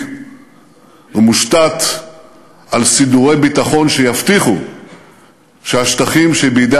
ומושתת על סידורי ביטחון שיבטיחו שהשטחים שבידי